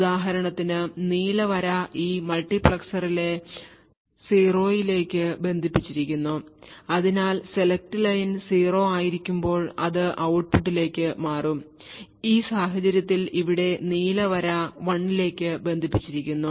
ഉദാഹരണത്തിന് നീല വര ഈ മൾട്ടിപ്ലക്സറിലെ 0 ലേക്ക് ബന്ധിപ്പിച്ചിരിക്കുന്നു അതിനാൽ സെലക്ട് ലൈൻ 0 ആയിരിക്കുമ്പോൾ അത് ഔട്ട്പുട്ടിലേക്ക് മാറും ഈ സാഹചര്യത്തിൽ ഇവിടെ നീല വര 1 ലേക്ക് ബന്ധിപ്പിച്ചിരിക്കുന്നു